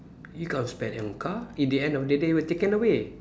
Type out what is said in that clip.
you can't spend on car in the end of the day will taken away